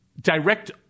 direct